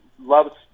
loves